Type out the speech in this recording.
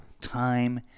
time